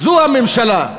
זו הממשלה.